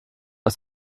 aus